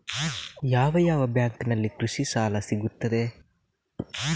ಯಾವ ಯಾವ ಬ್ಯಾಂಕಿನಲ್ಲಿ ಕೃಷಿ ಸಾಲ ಸಿಗುತ್ತದೆ?